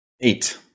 Eight